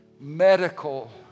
medical